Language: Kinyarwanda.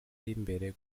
y’imbere